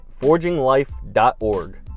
forginglife.org